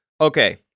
Okay